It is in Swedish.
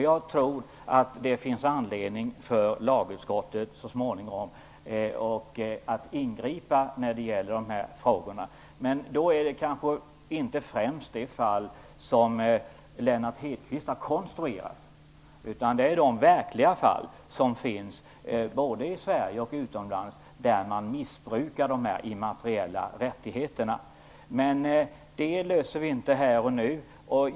Jag tror att det så småningom finns anledning för lagutskottet att ingripa när det gäller de här frågorna, men då gäller det kanske inte främst det fall som Lennart Hedquist har konstruerat utan de verkliga fall som finns, både i Sverige och utomlands, där man missbrukar de immateriella rättigheterna. Men detta löser vi inte här och nu.